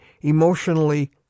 emotionally